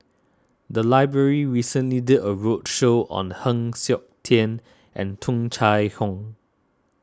the library recently did a roadshow on Heng Siok Tian and Tung Chye Hong